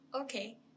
Okay